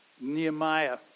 Nehemiah